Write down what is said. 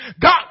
God